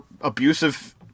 abusive